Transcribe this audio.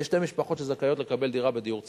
יש שתי משפחות שזכאיות לקבל דירה בדיור הציבורי,